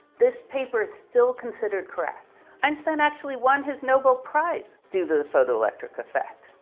this paper is still considered correct. einstein actually won his nobel prize due to the photoelectric effect.